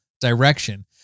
direction